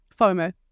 FOMO